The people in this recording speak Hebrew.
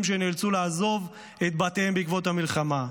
שנאלצו לעזוב את בתיהם בעקבות המלחמה,